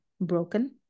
broken